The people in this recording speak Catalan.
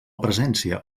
presència